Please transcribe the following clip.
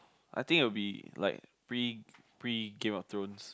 I think it would be like pre pre Game-of-Thrones